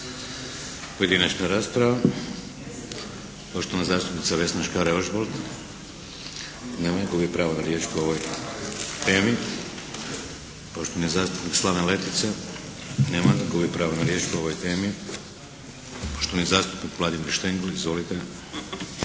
Vladimir (HDZ)** Poštovana zastupnica Vesna Škare Ožbolt. Nema je. Gubi pravo na riječ po ovoj temi. Poštovani zastupnik Slaven Letica. Nema ga. Gubi pravo na riječ po ovoj temi. Poštovani zastupnik Vladimir Šteng. Izvolite!